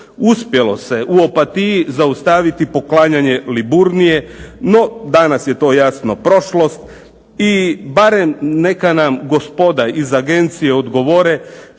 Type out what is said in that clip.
uspjelo se u Opatiji zaustaviti poklanjanje Liburnije. No, danas je to jasno prošlost i barem neka nam gospoda iz agencije odgovore